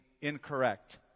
incorrect